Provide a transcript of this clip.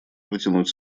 протянуть